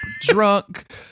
drunk